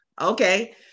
okay